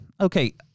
Okay